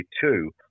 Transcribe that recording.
Two